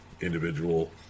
individual